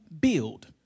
build